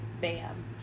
bam